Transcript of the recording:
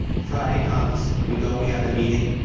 friday comes, we go and we have the meeting,